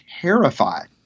terrified